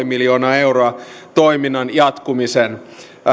miljoonaa euroa toiminnan jatkumisen